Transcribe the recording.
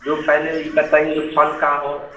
जो पहले इ बताइए कि फल का हो